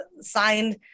signed